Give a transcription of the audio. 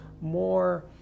more